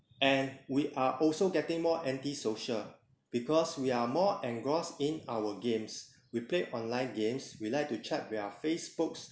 and we are also getting more anti-social because we are more engrossed in our games we play online games we like to chat with our facebook's